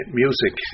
music